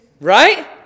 right